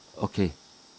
okay